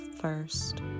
first